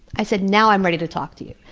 i said, now i'm ready to talk to you,